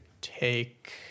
take